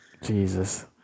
Jesus